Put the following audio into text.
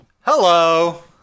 Hello